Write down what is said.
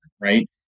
right